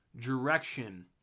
direction